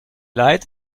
leid